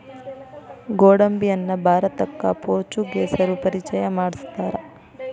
ಗೋಡಂಬಿಯನ್ನಾ ಭಾರತಕ್ಕ ಪೋರ್ಚುಗೇಸರು ಪರಿಚಯ ಮಾಡ್ಸತಾರ